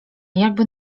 jakby